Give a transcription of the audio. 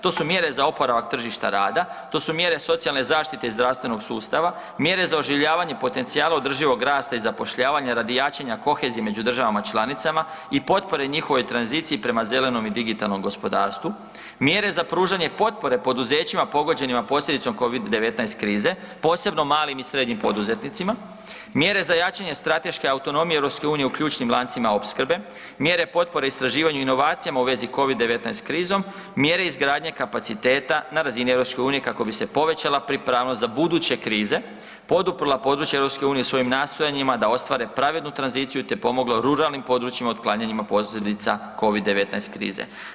To su mjere za oporavak tržišta rada, to su mjere socijalne zaštite i zdravstvenog sustava, mjere za oživljavanje potencijala održivog rasta i zapošljavanja radi jačanja kohezije među državama članicama i potpore njihovoj tranziciji prema zelenom i digitalnom gospodarstvu, mjere za pružanje potpore poduzećima pogođenima posljedicom Covid-19 krize, posebno malim i srednjim poduzetnicima, mjere za jačanje strateške autonomije EU u ključnim lancima opskrbe, mjere potpore istraživanju i inovacijama u vezi Covid-19 krizom, mjere izgradnje kapaciteta na razini EU kako bi se povećala pripravnost za buduće krize, poduprla područja EU svojim nastojanjima da ostvare pravednu tranziciju, te pomogla ruralnim područjima otklanjanjima posljedica Covid-19 krize.